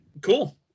Cool